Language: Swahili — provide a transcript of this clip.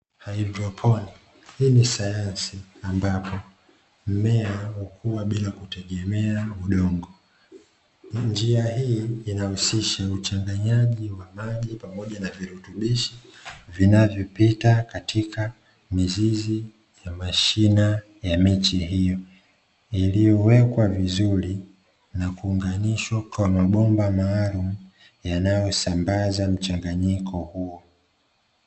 Hadroponi. Hii ni sayansi ambapo mmea hukua bila kutegemea udongo. Njia hii inahusisha uchanganyaji wa maji pamoja na virutubishi vinavyopita katika mizizi ya mashina ya miche hiyo, iliyowekwa vizuri na kuunganishwa kwa mabomba maalumu, yanayosambaza mchanganyiko huo.